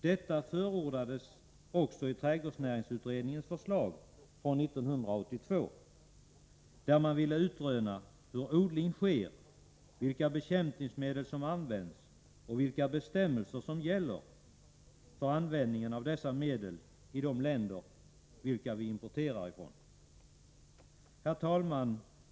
Detta förordades i trädgårdsnäringsutredningens förslag från 1982, där man ville utröna hur odling sker, vilka bekämpningsmedel som används och vilka bestämmelser som gäller för användningen av dessa medel i de länder som vi importerar från. Herr talman!